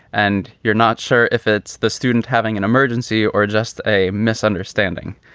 and you're not sure if it's the student having an emergency or just a misunderstanding.